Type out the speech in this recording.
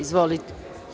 Izvolite.